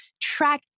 track